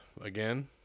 again